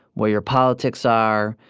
what your politics are,